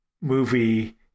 movie